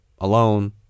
alone